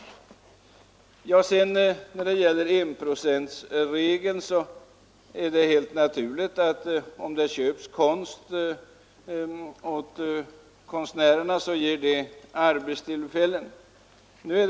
När det sedan gäller enprocentsregeln är det helt naturligt att om det köps konst så ger det arbetstillfällen åt konstnärerna.